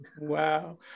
Wow